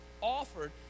offered